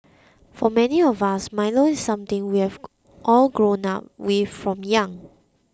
for many of us Milo is something we have all grown up with from young